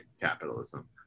capitalism